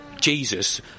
Jesus